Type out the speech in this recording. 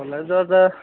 কলেজত